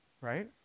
Right